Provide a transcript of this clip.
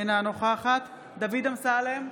אינה נוכחת דוד אמסלם,